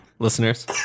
Listeners